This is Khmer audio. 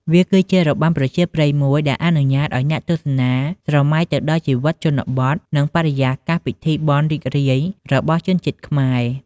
វាគឺជារបាំប្រជាប្រិយមួយដែលអនុញ្ញាតឲ្យអ្នកទស្សនាស្រមៃទៅដល់ជីវិតជនបទ និងបរិយាកាសពិធីបុណ្យរីករាយរបស់ជនជាតិខ្មែរ។